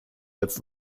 als